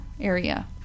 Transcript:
area